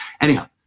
Anyhow